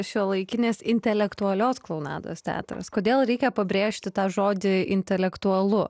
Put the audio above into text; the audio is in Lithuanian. šiuolaikinės intelektualios klounados teatras kodėl reikia pabrėžti tą žodį intelektualu